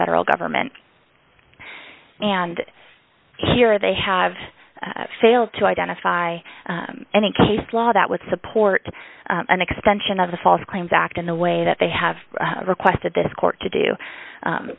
federal government and here they have failed to identify any case law that would support an extension of the false claims act in the way that they have requested this court to do